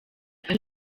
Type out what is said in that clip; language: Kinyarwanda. ari